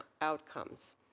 outcomes